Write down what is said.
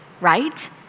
right